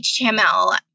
HTML